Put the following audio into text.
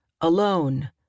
alone